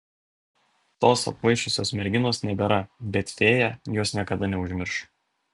tos apkvaišusios merginos nebėra bet fėja jos niekada neužmirš